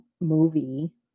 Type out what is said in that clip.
movie